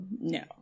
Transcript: no